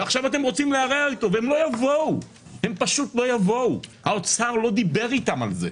הם פשוט לא יבואו, האוצר לא דיבר איתם על זה.